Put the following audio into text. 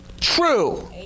true